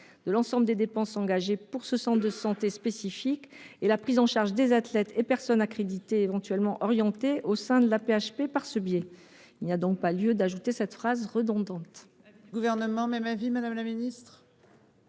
de l'ensemble des dépenses engagées pour ce centre de santé spécifique et de la prise en charge des athlètes et personnes accréditées qui seraient éventuellement orientées par ce biais au sein de l'AP-HP. Il n'y a donc pas lieu d'ajouter cette phrase redondante